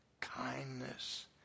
kindness